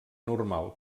normal